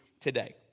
today